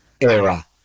era